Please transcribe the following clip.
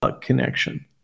connection